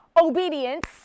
obedience